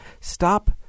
Stop